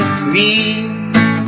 greens